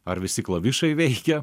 ar visi klavišai veikia